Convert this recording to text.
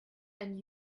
and